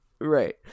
Right